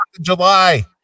July